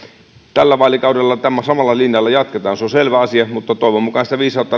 tällä vaalikaudella tällä samalla linjalla jatketaan se on selvä asia mutta toivon mukaan sitä viisautta